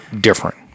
different